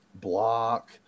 block